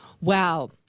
Wow